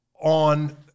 on